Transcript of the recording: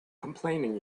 complaining